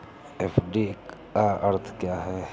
FD का अर्थ क्या है?